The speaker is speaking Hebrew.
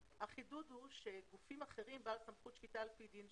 החידוד הוא שגופים אחרים בעלי סמכות שפיטה על פי דין,